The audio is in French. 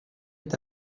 est